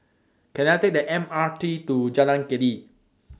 Can I Take The M R T to Jalan Keli